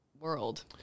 world